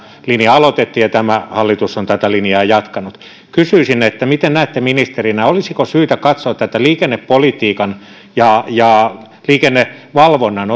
linja aloitettiin ja tämä hallitus on tätä linjaa jatkanut kysyisin miten näette ministerinä olisiko syytä katsoa tätä liikennepolitiikan ja ja liikennevalvonnan